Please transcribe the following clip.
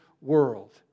world